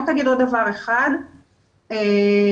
דבר נוסף,